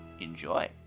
enjoy